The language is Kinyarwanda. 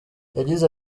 yagize